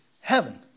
Heaven